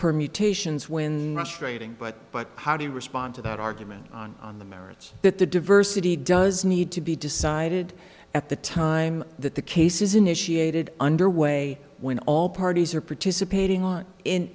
permutations when the trading but but how do you respond to that argument on on the merits that the diversity does need to be decided at the time that the case is initiated underway when all parties are participating in in